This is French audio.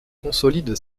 consolide